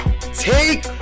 Take